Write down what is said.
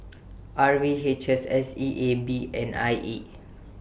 R V H S S E A B and I E